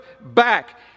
back